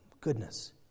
Goodness